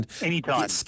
Anytime